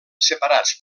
separats